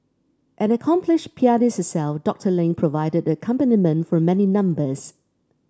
an accomplished pianist herself Doctor Ling provided the accompaniment for many numbers